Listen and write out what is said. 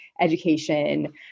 education